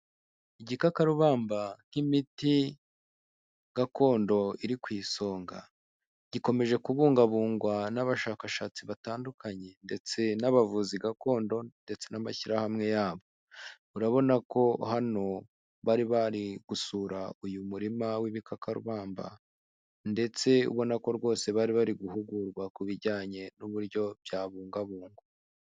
Igikakarubamba nk'imiti gakondo iri ku isonga, gikomeje kubungabungwa n'abashakashatsi batandukanye ndetse n'abavuzi gakondo, ndetse n'amashyirahamwe yabo, urabona ko hano bari bari gusura uyu murima w'ibikakarubamba ndetse ubona ko rwose, bari bari guhugurwa ku bijyanye n'uburyo byabungabungwa.